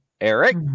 Eric